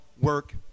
work